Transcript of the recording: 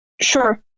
Sure